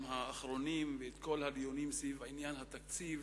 האחרונים ואת כל הדיונים סביב עניין התקציב